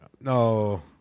No